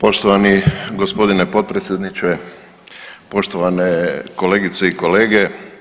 Poštovani g. potpredsjedniče, poštovane kolegice i kolege.